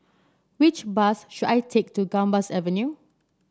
which bus should I take to Gambas Avenue